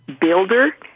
builder